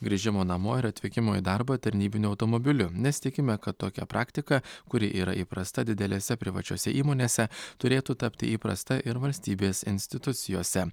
grįžimo namo ir atvykimo į darbą tarnybiniu automobiliu nes tikime kad tokia praktika kuri yra įprasta didelėse privačiose įmonėse turėtų tapti įprasta ir valstybės institucijose